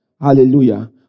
Hallelujah